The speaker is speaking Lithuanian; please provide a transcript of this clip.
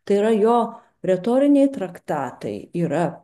tai yra jo retoriniai traktatai yra